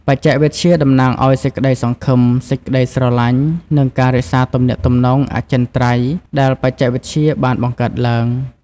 បច្ចេកវិទ្យាតំណាងឲ្យសេចក្ដីសង្ឃឹម សេចក្ដីស្រឡាញ់ និងការរក្សាទំនាក់ទំនងអចិន្រ្តៃយ៍ដែលបច្ចេកវិទ្យាបានបង្កើតឡើង។